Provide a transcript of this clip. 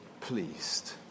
pleased